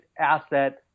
asset